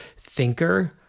thinker